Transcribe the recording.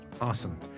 Awesome